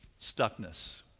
stuckness